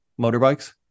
motorbikes